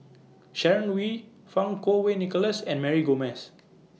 Sharon Wee Fang Kuo Wei Nicholas and Mary Gomes